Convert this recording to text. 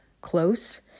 close